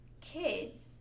kids